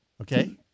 Okay